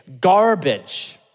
garbage